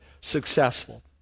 successful